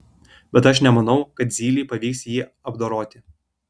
bet aš nemanau kad zylei pavyks jį apdoroti